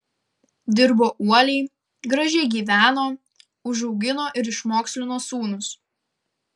dirbo uoliai gražiai gyveno užaugino ir išmokslino sūnus